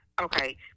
Okay